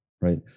right